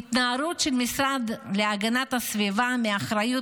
ההתנערות של המשרד להגנת הסביבה מאחריות